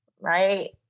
Right